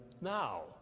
now